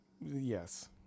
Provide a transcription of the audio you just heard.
Yes